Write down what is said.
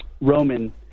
Roman